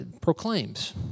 proclaims